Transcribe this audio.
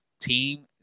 team